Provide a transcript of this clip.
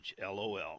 lol